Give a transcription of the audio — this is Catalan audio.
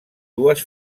dues